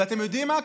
ואתם יודעים מה?